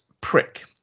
prick